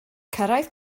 cyrraedd